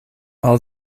all